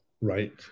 right